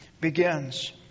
begins